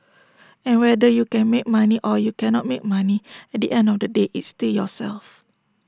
and whether you can make money or you cannot make money at the end of the day it's still yourself